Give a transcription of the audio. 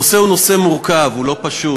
הנושא הוא נושא מורכב, הוא לא פשוט.